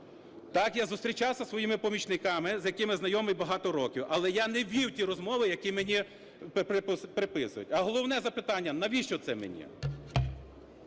Так, я зустрічався із своїми помічниками, з якими знайомий багато років, але я не вів ті розмови, які мені приписують. А головне запитання: навіщо це мені?